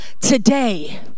today